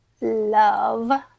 love